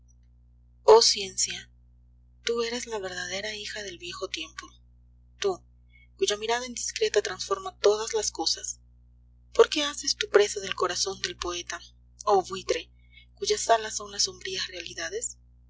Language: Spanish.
ciencia tu eres la verdadera hija del viejo tiempo tu cuya mirada indiscreta transforma todas las cosas por qué haces tu presa del corazón del poeta oh buitre cuyas alas son las sombrías realidades